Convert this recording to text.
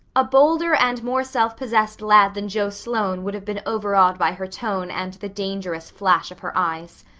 a bolder and more self-possessed lad than joe sloane would have been overawed by her tone and the dangerous flash of her eyes.